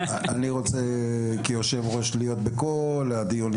אני רוצה כיו"ר להיות בכל הדיונים.